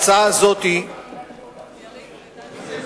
ההצעה הזאת היא לכל גוף בכל נושא?